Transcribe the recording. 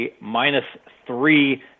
minus-three